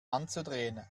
anzudrehen